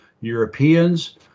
Europeans